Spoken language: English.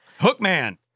Hookman